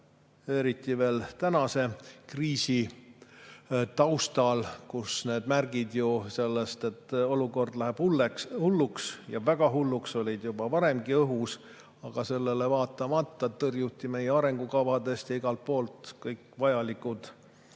eriti veel praeguse kriisi taustal? Need märgid sellest, et olukord läheb hulluks ja väga hulluks, olid juba varemgi õhus, aga sellele vaatamata tõrjuti meie arengukavadest ja igalt poolt [mujalt